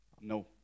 no